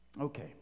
Okay